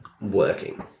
working